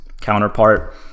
counterpart